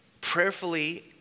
prayerfully